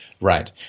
Right